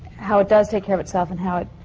how it does take care of itself and how it.